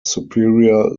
superior